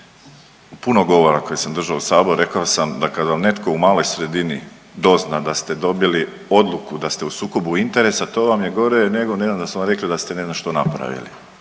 Puno govora koje sam držao u Saboru rekao sam da kad vam netko u maloj sredini dozna da ste dobili odluku da ste u sukobu interesa to vam je gore nego ne znam da su vam rekli da ste ne znam što napravili.